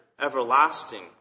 everlasting